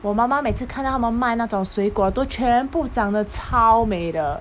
我妈妈每次看到他们卖那种水果都全部长得超美的